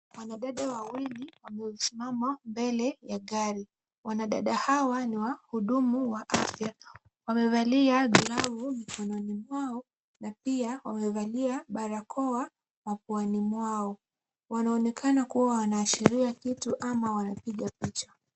Wanadada wawili wamesimama mbele ya gari. Wanadada hawa ni wahudumu wa afya. Wamevalia glavu mikononi mwao na pia wamevalia barakoa mapuani mwao. Wanaonekana kuwa wanaashiria kitu ama wanapiga picha.